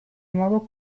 nuovo